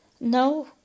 no